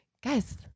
Guys